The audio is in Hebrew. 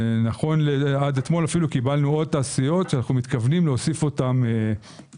עד אתמול קיבלנו עוד תעשיות שאנו מתכוונים להוסיפן בצווים